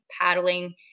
paddling